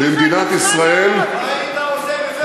הביאה ביטחון ושלום.